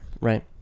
Right